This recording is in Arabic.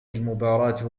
المباراة